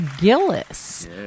Gillis